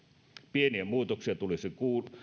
pieniä muutoksia tulisi